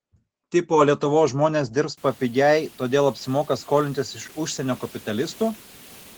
tipo lietuvos žmonės dirbs papigiai todėl apsimoka skolintis iš užsienio kapitalistų